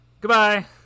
Goodbye